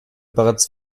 bereits